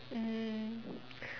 mmhmm